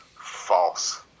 false